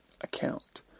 account